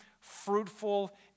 fruitful